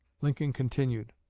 lincoln continued